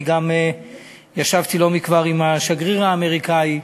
אני גם ישבתי לא מכבר עם השגריר האמריקני.